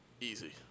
easy